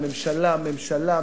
"ממשלה",